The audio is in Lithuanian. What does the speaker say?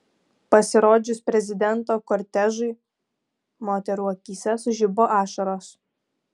pasirodžius prezidento kortežui moterų akyse sužibo ašaros